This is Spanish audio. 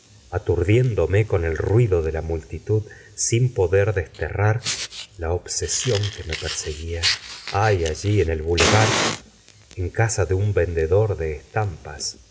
aturdiéndome con el ruido de la multitud sin poder desterrar la obsesión que me perseguía hay alli en el boulevard en casa de un vendedor de estampas